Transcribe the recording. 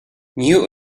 new